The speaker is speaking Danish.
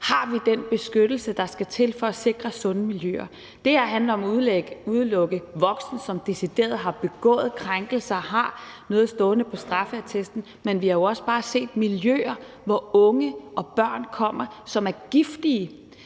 Har vi den beskyttelse, der skal til for at sikre sunde miljøer? Det her handler om at udelukke voksne, som decideret har begået krænkelser, og som har noget stående på straffeattesten. Men vi har jo også bare set miljøer, hvor børn og unge kommer, som er giftige